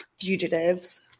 Fugitives